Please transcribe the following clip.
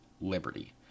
Liberty